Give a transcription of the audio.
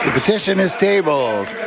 ah petition is tabled.